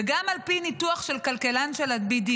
וגם על פי ניתוח של כלכלן של ה-BDO,